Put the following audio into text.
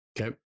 Okay